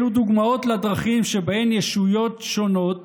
אלו דוגמאות לדרכים שבהן ישויות שונות,